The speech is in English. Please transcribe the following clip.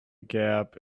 gap